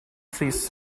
rhys